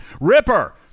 Ripper